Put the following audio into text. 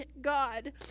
god